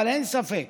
אבל אין ספק